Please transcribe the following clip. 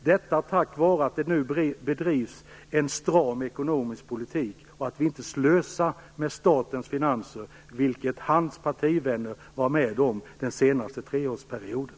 Det är den tack vare att det nu bedrivs en stram ekonomisk politik och att vi inte slösar med statens finanser som Sten Anderssons partivänner var med om att göra den förra valperioden.